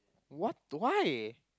what why